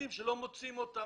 תיקים שלא מוצאים אותם.